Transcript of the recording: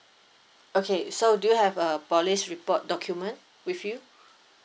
okay so do you have a police report document with you